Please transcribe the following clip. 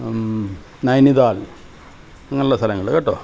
നൈനിതാൾ അങ്ങനെയുള്ള സ്ഥലങ്ങൾ കേട്ടോ